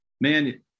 man